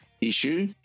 issue